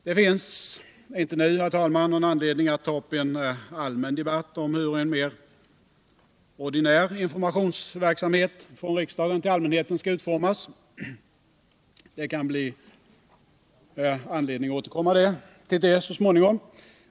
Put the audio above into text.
Det finns inte nu, herr talman, någon anledning att ta upp en allmän debatt om hur en mera ordinär informationsverksamhet från riksdagen till allmänheten skall utformas. Det kan bli anledning att återkomma till det så småningom.